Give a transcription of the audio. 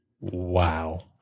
wow